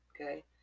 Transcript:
Okay